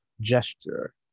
gesture